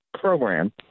program